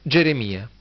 Geremia